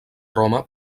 roma